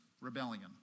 rebellion